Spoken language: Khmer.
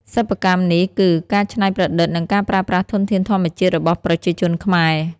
សិប្បកម្មនេះគឺ ការច្នៃប្រឌិតនិងការប្រើប្រាស់ធនធានធម្មជាតិរបស់ប្រជាជនខ្មែរ។